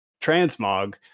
transmog